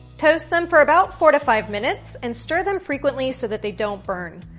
toast them for about four to five minutes, and stir them frequently so that they don't burn.